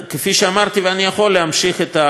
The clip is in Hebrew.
ואני יכול להמשיך את הרשימה הזאת,